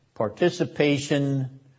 Participation